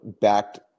backed